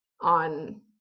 on